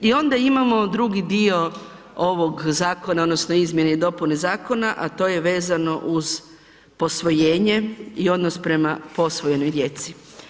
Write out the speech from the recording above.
I onda imamo drugi dio ovog zakona, odnosno izmjene i dopune zakona, a to je vezano uz posvojenje i odnos prema posvojenoj djeci.